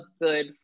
good